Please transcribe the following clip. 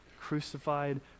crucified